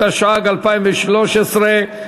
התשע"ג 2013,